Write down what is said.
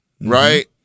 right